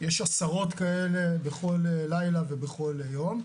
יש עשרות כאלה בכל לילה ובכל יום,